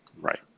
Right